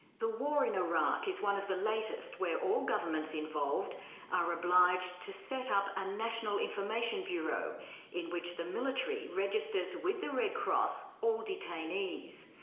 the war in iraq is one of the latest where all governments involved are obliged to set up a national information bureau in which the military registers with the red cross all detainees.